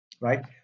right